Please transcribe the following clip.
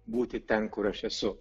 būti ten kur aš esu